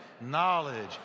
knowledge